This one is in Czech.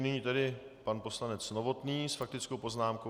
Nyní tedy pan poslanec Novotný s faktickou poznámkou.